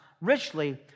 richly